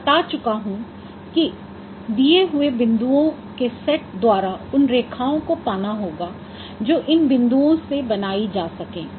मै बता चुका हूँ कि दिए हुए बिंदुओं के सेट द्वारा उन रेखाओं को पाना होगा जो इन बिंदुओं से बनाई जा सकें